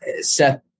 Seth